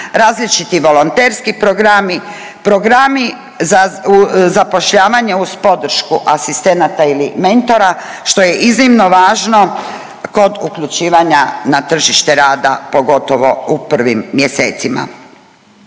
Različiti volonterski programi, programi za zapošljavanje uz podršku asistenata ili mentora što je iznimno važno kod uključivanja na tržište rada pogotovo u prvim mjesecima.